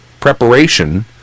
preparation